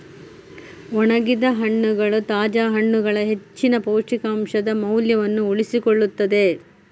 ಒಣಗಿದ ಹಣ್ಣುಗಳು ತಾಜಾ ಹಣ್ಣುಗಳ ಹೆಚ್ಚಿನ ಪೌಷ್ಟಿಕಾಂಶದ ಮೌಲ್ಯವನ್ನು ಉಳಿಸಿಕೊಳ್ಳುತ್ತವೆ